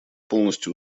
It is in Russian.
полностью